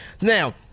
Now